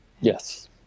Yes